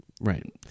right